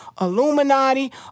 Illuminati